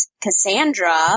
Cassandra